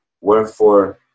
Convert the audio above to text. Wherefore